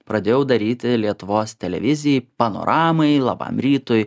pradėjau daryti lietuvos televizijai panoramai labam rytui